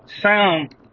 sound